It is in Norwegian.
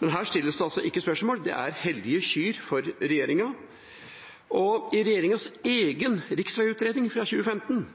Men her stilles det altså ikke spørsmål, det er hellige kyr for regjeringa. I regjeringas egen riksveiutredning fra 2015